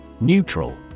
Neutral